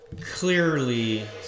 Clearly